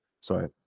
Sorry